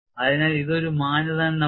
അതിനാൽ ഇത് ഒരു മാനദണ്ഡമാണ്